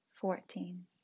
fourteen